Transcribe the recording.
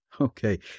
Okay